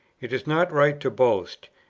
it is not right to boast,